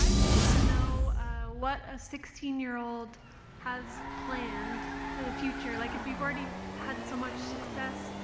um just wanted to know what a sixteen year old has planned for the future? like if you've already had so much success,